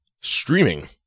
streaming